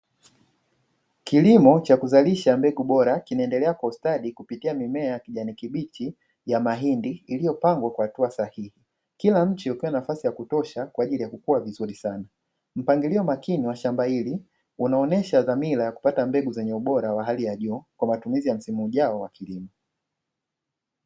Kilimo cha kuzalisha mbegu bora kinaendelea kwa ustadi kupitia mimea ya kijani kibichi ya mahindi iliyopangwa kwa hatua sahihi, kila mche ukiwa na nafasi ya kutosha kwa ajili ya kukua vizuri sana. Mpangilio makini wa shamba hili unaonyesha dhamira ya kupata mbegu zenye ubora wa hali ya juu, kwa matumizi ya msimu ujao wa kilimo.